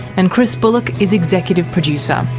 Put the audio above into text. and chris bullock is executive producer.